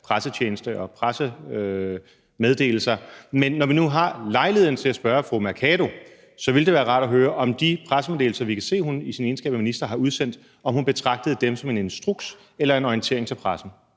pressetjeneste og pressemeddelelser. Men når vi nu har lejligheden til at spørge fru Mai Mercado, ville det være rart at høre, om hun betragtede de pressemeddelelser, som vi kan se hun i sin egenskab af minister har udsendt, som en instruks eller en orientering til pressen.